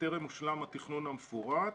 טרם הושלם התכנון המפורט.